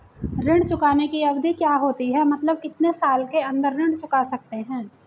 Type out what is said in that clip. ऋण चुकाने की अवधि क्या होती है मतलब कितने साल के अंदर ऋण चुका सकते हैं?